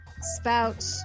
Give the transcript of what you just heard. spout